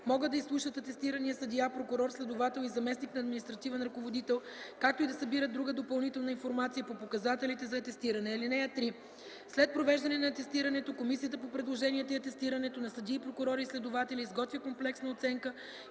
могат да изслушат атестирания съдия, прокурор, следовател и заместник на административен ръководител, както и да събират друга допълнителна информация по показателите за атестиране. (3) След провеждане на атестирането Комисията по предложенията и атестирането на съдии, прокурори и следователи изготвя комплексна оценка,